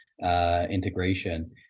integration